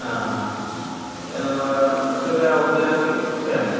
ହଁ ହଁ ସେବେ ଆଉ ଉବେର୍ ବି ସେମ୍